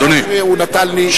לאחר שהוא נתן לי,